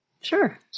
sure